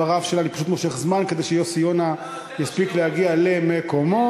אני פשוט מושך זמן כדי שיוסי יונה יספיק להגיע למקומו.